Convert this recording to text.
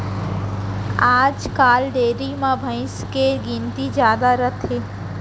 आजकाल डेयरी म भईंस के गिनती जादा रइथे